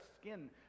skin